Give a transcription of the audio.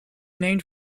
named